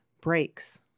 breaks